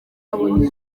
yabonye